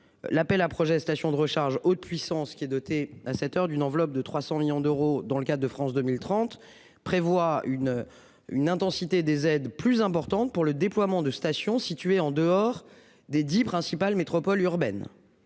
L'appel à projets stations de recharge autre puissance qui est dotée à cette heures d'une enveloppe de 300 millions d'euros dans le cas de France 2030 prévoit une une intensité des aides plus importantes pour le déploiement de stations situées en dehors des 10 principales métropoles urbaines.